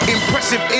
Impressive